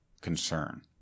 concern